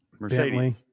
Mercedes